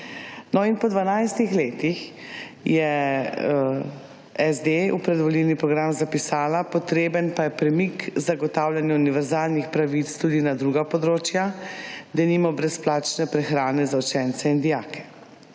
po 12 letih je SD v predvolilni program zapisala: »Potreben pa je premik k zagotavljanju univerzalnih pravic tudi na druga področja. Denimo brezplačne prehrane za učence in dijake.«